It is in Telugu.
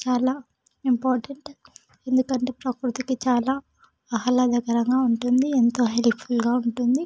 చాలా ఇంపార్టెంట్ ఎందుకంటే ప్రకృతికి చాలా ఆహ్లాదకరంగా ఉంటుంది ఎంతో హెల్ప్ఫుల్గా ఉంటుంది